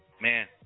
Man